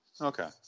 Okay